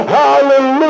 hallelujah